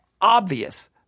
obvious